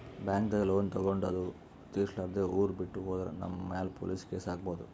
ಬ್ಯಾಂಕ್ದಾಗ್ ಲೋನ್ ತಗೊಂಡ್ ಅದು ತಿರ್ಸಲಾರ್ದೆ ಊರ್ ಬಿಟ್ಟ್ ಹೋದ್ರ ನಮ್ ಮ್ಯಾಲ್ ಪೊಲೀಸ್ ಕೇಸ್ ಆಗ್ಬಹುದ್